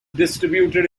distributed